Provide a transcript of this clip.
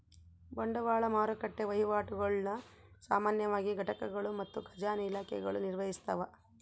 ಬಂಡವಾಳ ಮಾರುಕಟ್ಟೆ ವಹಿವಾಟುಗುಳ್ನ ಸಾಮಾನ್ಯವಾಗಿ ಘಟಕಗಳು ಮತ್ತು ಖಜಾನೆ ಇಲಾಖೆಗಳು ನಿರ್ವಹಿಸ್ತವ